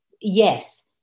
yes